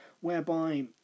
Whereby